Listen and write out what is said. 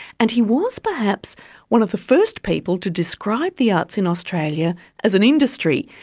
and he was perhaps one of the first people to describe the arts in australia as an industry,